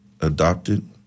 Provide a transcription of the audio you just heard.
adopted